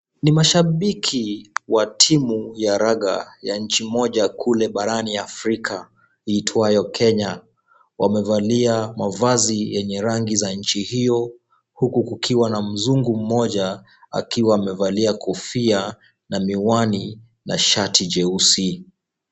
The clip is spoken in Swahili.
Ni mashabiki wa timu ya raga ya nchi moja kule barani Afrika iitwayo Kenya. Wamevalia mavazi yenye rangi za nchi hiyo huku kukiwa na mzungu mmoja akiwa amevalia kofia na miwani na shati jeusi.